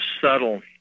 subtle